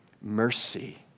mercy